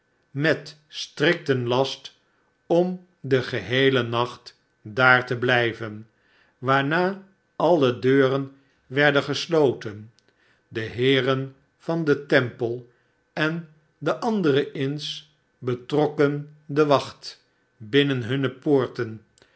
met strikten last om den geheelen nacht daar te blijven waarna alle deuren werden gesloten de heeren van den temple en de andere inns betrokken de wacht binnen hunne poorten